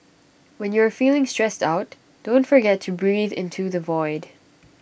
when you are feeling stressed out don't forget to breathe into the void